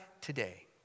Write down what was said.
today